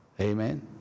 amen